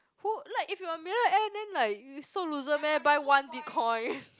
who like if you are a millionaire then like you so loser meh buy one Bitcoin